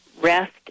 rest